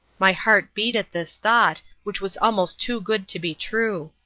my heart beat at this thought, which was almost too good to be true.